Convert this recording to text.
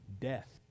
death